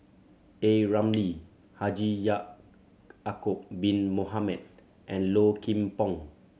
A Ramli Haji Ya'acob Bin Mohamed and Low Kim Pong